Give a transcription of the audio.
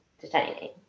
Detaining